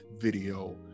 video